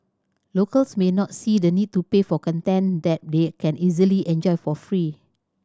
locals may not see the need to pay for content that they can easily enjoy for free